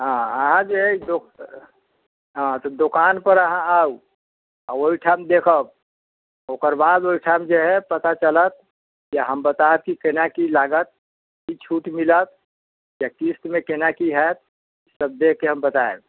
हाँ अहाँ जे दो हाँ तऽ दोकान पर अहाँ आउ आ ओहिठाम देखब ओकर बाद ओहिठाम जे है पता चलत कि हम बताएब कि केना की लागत की छूट मिलत या किस्तमे केना की होएत सभ देखिके हम बताएब